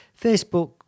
Facebook